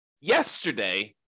yesterday